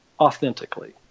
authentically